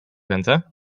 ręce